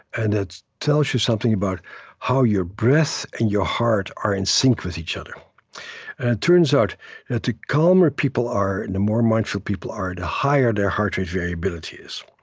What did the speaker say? and it tells you something about how your breath and your heart are in sync with each other and it turns out that the calmer people are, and the more mindful people are, the higher their heart rate variability is.